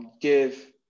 give